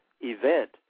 event